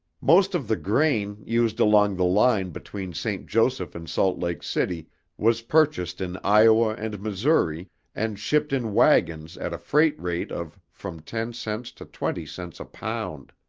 most of the grain used along the line between st. joseph and salt lake city was purchased in iowa and missouri and shipped in wagons at a freight rate of from ten cents to twenty cents a pound.